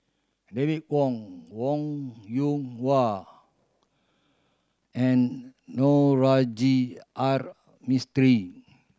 David Kwo Wong Yoon Wah and Navroji R Mistri